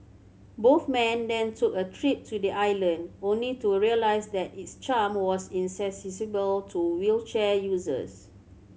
both men then took a trip to the island only to realise that its charm was inaccessible to wheelchair users